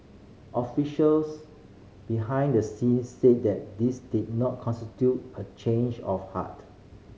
officials behind the scenes said that this did not constitute a change of heart